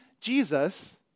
Jesus